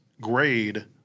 grade